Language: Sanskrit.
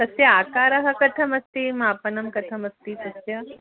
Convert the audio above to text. तस्याः आकारः कथमस्ति मापनं कथमस्ति तस्याः